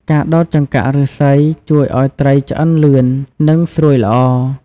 ការដោតចង្កាក់ឫស្សី ជួយឲ្យត្រីឆ្អិនលឿន និងស្រួយល្អ។